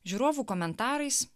žiūrovų komentarais